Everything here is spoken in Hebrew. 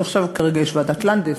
וכרגע יש ועדת לנדס,